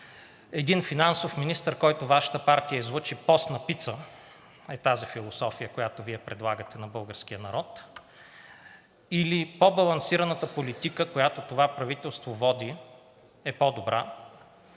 един финансов министър, който Вашата партия излъчи – „Постна пица“, е тази философия, която Вие предлагате на българския народ, или по балансираната политика, която това правителство води, е по добра.